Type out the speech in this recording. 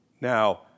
Now